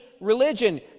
religion